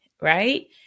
right